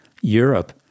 Europe